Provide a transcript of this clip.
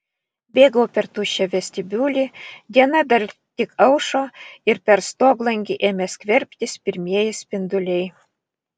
bėgau per tuščią vestibiulį diena dar tik aušo ir per stoglangį ėmė skverbtis pirmieji spinduliai